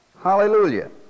Hallelujah